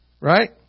Right